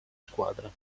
squadra